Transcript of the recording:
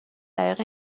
طریق